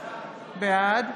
בעד